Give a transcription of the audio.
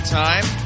time